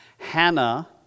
Hannah